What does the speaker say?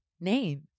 name